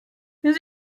więc